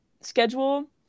schedule